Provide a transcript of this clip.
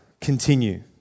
continue